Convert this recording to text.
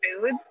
foods